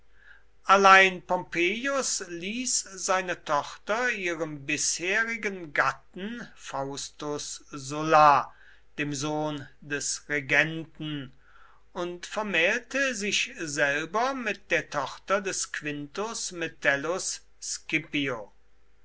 allein pompeius ließ seine tochter ihrem bisherigen gatten faustus sulla dem sohn des regenten und vermählte sich selber mit der tochter des quintus metellus